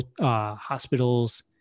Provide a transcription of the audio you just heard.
hospitals